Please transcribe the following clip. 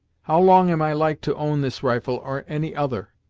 how long am i like to own this rifle or any other?